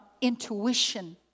intuition